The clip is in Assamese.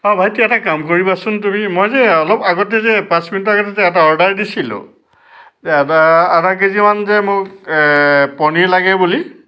অঁ ভাইটি এটা কাম কৰিবাচোন তুমি মই যে অলপ আগতে যে পাঁচ মিনিটৰ আগতে যে এটা অৰ্ডাৰ দিছিলোঁ এই আধা আধা কেজিমান যে মোক পনীৰ লাগে বুলি